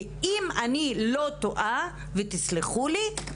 ואם אני לא טועה, ותסלחו לי,